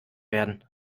werden